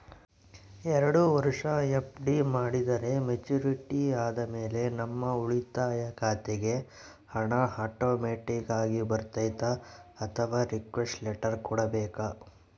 ಎರಡು ವರುಷ ಎಫ್.ಡಿ ಮಾಡಿದರೆ ಮೆಚ್ಯೂರಿಟಿ ಆದಮೇಲೆ ನಮ್ಮ ಉಳಿತಾಯ ಖಾತೆಗೆ ಹಣ ಆಟೋಮ್ಯಾಟಿಕ್ ಆಗಿ ಬರ್ತೈತಾ ಅಥವಾ ರಿಕ್ವೆಸ್ಟ್ ಲೆಟರ್ ಕೊಡಬೇಕಾ?